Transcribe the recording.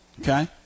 Okay